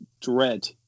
Dread